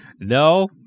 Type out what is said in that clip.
No